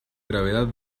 gravedad